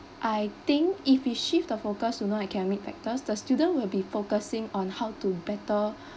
I think if we shift the focus to non academic factors the student will be focusing on how to better